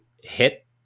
hit